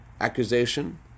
accusation